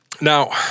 Now